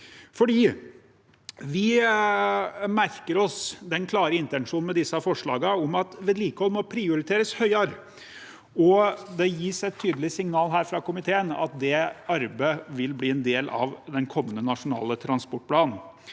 Vi merker oss den klare intensjonen med disse forslagene, om at vedlikehold må prioriteres høyere, og det gis et tydelig signal her fra komiteen om at det arbeidet vil bli en del av den kommende nasjonale transportplanen.